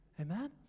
Amen